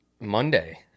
monday